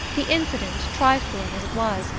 the incident, trifling as it was,